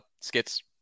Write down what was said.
skits